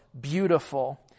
beautiful